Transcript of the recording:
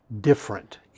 different